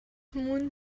мөн